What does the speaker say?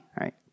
right